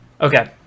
Okay